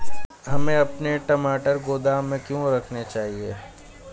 हमें अपने टमाटर गोदाम में क्यों रखने चाहिए?